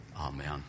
Amen